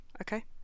Okay